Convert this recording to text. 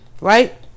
Right